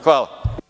Hvala.